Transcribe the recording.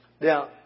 Now